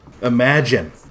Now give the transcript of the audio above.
Imagine